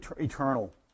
eternal